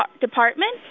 department